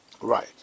Right